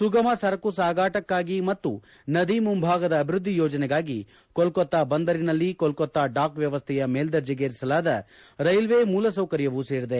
ಸುಗಮ ಸರಕು ಸಾಗಾಟಕ್ಕಾಗಿ ಮತ್ತು ನದಿ ಮುಂಭಾಗದ ಅಭಿವೃದ್ದಿ ಯೋಜನೆಗಾಗಿ ಕೋಲ್ಕತ್ತಾ ಬಂದರಿನಲ್ಲಿ ಕೋಲ್ಕತ್ತಾ ಡಾಕ್ ವ್ವವಸ್ಥೆಯ ಮೇಲ್ದರ್ಜೆಗೇರಿಸಲಾದ ರೈಲ್ವೆ ಮೂಲಸೌಕರ್ಯವೂ ಸೇರಿದೆ